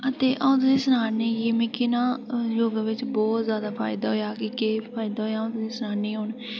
ते अं'ऊ तुसेंगी सनान्नी कि मिगी ना योगा बिच बहुत जादा फायदा होआ कि केह् फायदा होआ अं'ऊ सनान्नी आं हू'न